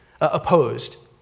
opposed